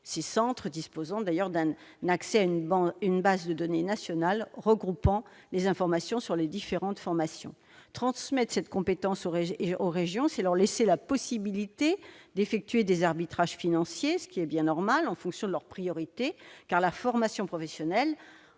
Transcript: Ces centres disposent d'un accès à une base de données nationale regroupant des informations sur les différentes formations. Transmettre cette compétence aux régions, c'est leur laisser la possibilité d'effectuer des arbitrages financiers en fonction de leurs priorités, ce qui est